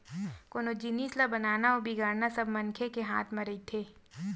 कोनो जिनिस ल बनाना अउ बिगाड़ना सब मनखे के हाथ म रहिथे